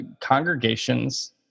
congregations